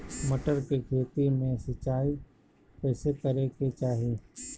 मटर के खेती मे सिचाई कइसे करे के चाही?